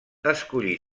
escollí